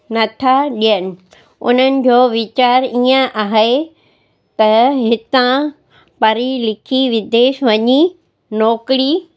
नथा ॾियनि उन्हनि जो वीचारु ईअं आहे त हितां पढ़ी लिखी विदेश वञी नौकिरी